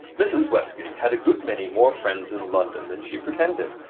mrs. westgate had a good many more friends in london than she pretended,